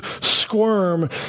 squirm